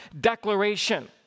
declaration